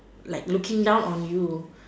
like looking down on you